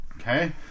Okay